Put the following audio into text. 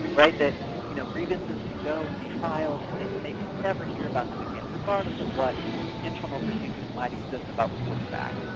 right? that you know grievances can go and be filed and the inmate can never hear about them again, regardless of what internal procedures might exist about reporting back.